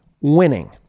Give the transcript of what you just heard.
winning